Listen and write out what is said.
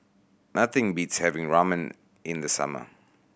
nothing beats having Ramen in the summer